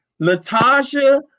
Latasha